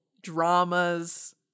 dramas